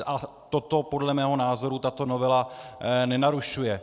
A toto podle mého názoru tato novela nenarušuje.